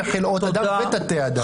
זה חלאות אדם ותתי אדם.